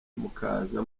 mukaza